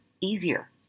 easier